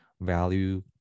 value